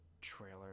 trailer